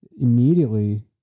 immediately